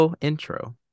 intro